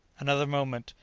another moment,